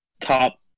Top